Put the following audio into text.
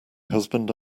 husband